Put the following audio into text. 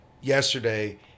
yesterday